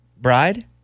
bride